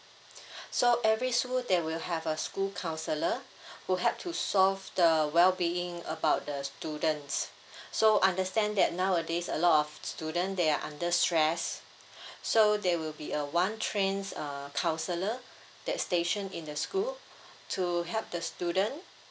so every school they will have a school counsellor who help to solve the well being about the students so understand that nowadays a lot of student they are under stress so they will be a one trains uh counsellor that station in the school to help the student